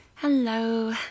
Hello